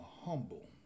humble